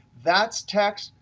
that's text,